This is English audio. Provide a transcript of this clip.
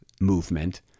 movement